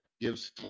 gives